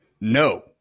No